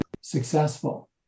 successful